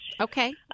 Okay